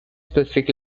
specific